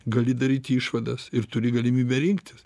gali daryti išvadas ir turi galimybę rinktis